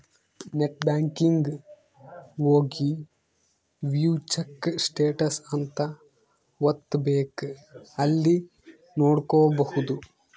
net banking ಹೋಗಿ view check status ಅಂತ ಒತ್ತಬೆಕ್ ಅಲ್ಲಿ ನೋಡ್ಕೊಬಹುದು